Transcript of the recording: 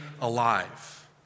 alive